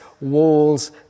walls